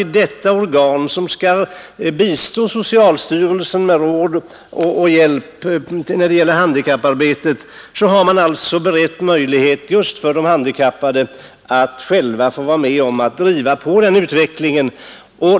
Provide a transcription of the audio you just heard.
I detta organ som skall bistå socialstyrelsen med råd och hjälp när det gäller handikapparbetet har man alltså berett möjlighet just för de handikappade själva att få vara med och driva på utvecklingen.